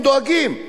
הם דואגים,